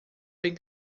vem